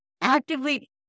actively